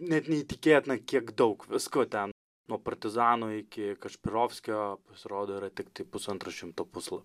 net neįtikėtina kiek daug visko ten nuo partizanų iki kašpirovskio pasirodo yra tiktai pusantro šimto pusla